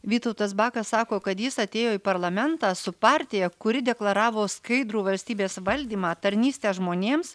vytautas bakas sako kad jis atėjo į parlamentą su partija kuri deklaravo skaidrų valstybės valdymą tarnystę žmonėms